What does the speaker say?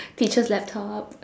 teacher's laptop